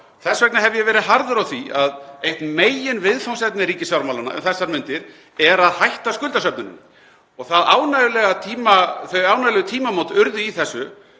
Þess vegna hef ég verið harður á því að eitt meginviðfangsefni ríkisfjármálanna um þessar mundir er að hætta skuldasöfnuninni. Þau ánægjulegu tímamót urðu í þessu